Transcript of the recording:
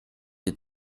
die